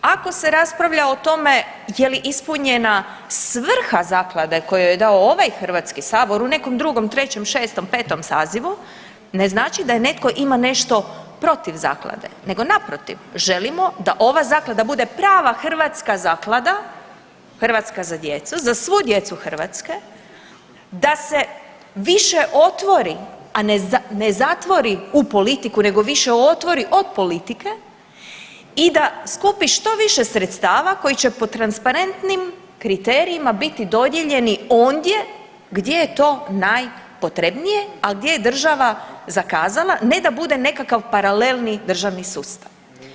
Ako se raspravlja o tome je li ispunjena svrha zaklade ko joj je dao ovaj HS u nekom drugom, trećem, šestom, petom sazivu ne znači da netko ima nešto protiv zaklade, nego naprotiv želimo da ova zaklada bude prava hrvatska zaklada „Hrvatska za djecu“ za svu djecu Hrvatske da se više otvori, a ne zatvori u politiku nego više otvori od politike i da skupi što više sredstava koja će po transparentnim kriterijima biti dodijeljeni ondje gdje je to najpotrebnije, a gdje država zakazala, ne da bude nekakav paralelni državni sustav.